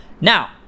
Now